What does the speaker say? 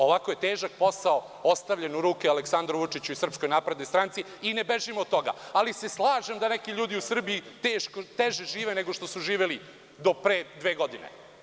Ovako je težak posao ostavljen u ruke Aleksandru Vučiću i SNS i ne bežim od toga, ali se slažem da neki ljudi u Srbiji teže žive nego što su živeli do pre dve godine.